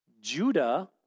Judah